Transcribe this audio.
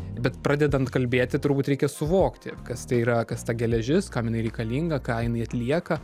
bet pradedant kalbėti turbūt reikia suvokti kas tai yra kas ta geležis kam jinai reikalinga ką jinai atlieka